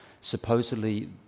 supposedly